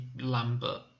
Lambert